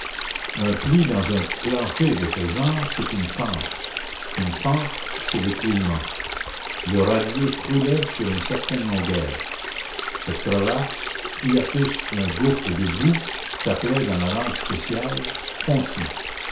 un pli dans un plancher de ce genre c'est une fente une fente c'est l'écroulement le radier croulait sur une certaine longueur cette crevasse hiatus d'un gouffre de boue s'appelait dans la langue spéciale fontis